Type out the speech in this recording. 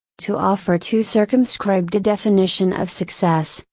to offer too circumscribed a definition of success,